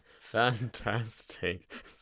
Fantastic